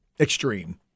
extreme